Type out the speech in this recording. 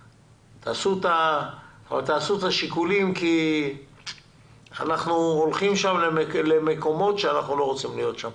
תעשו את השיקולים כי אנחנו הולכים למקומות שאנחנו לא רוצים להיות שם.